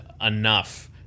enough